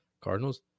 Cardinals